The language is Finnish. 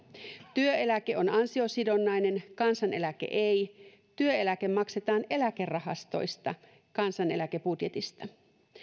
työeläke on ansiosidonnainen kansaneläke ei työeläke maksetaan eläkerahastoista kansaneläke budjetista